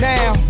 Now